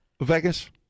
Vegas